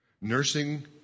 nursing